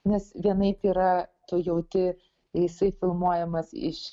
nes vienaip yra tu jauti jisai filmuojamas iš